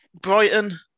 Brighton